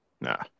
Nah